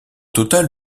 total